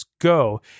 go